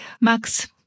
Max